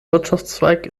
wirtschaftszweig